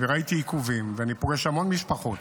וראיתי עיכובים, ואני פוגש המון משפחות,